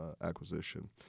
acquisition